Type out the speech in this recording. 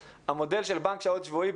המודל של בנק שעות שבועי,